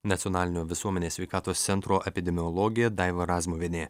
nacionalinio visuomenės sveikatos centro epidemiologė daiva razmuvienė